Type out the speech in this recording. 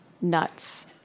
nuts